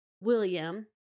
william